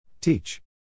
Teach